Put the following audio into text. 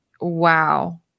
wow